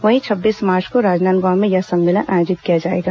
वहीं छब्बीस मार्च को राजनांदगांव में यह सम्मेलन आयोजित किया गया है